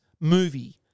movie